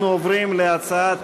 אנחנו עוברים להצעת